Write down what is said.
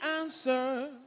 answer